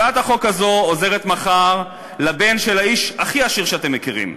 הצעת החוק הזו עוזרת מחר לבן של האיש הכי עשיר שאתם מכירים,